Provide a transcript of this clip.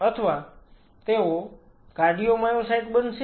અથવા તેઓ કાર્ડિયોમાયોસાઈટ બનશે